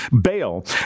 bail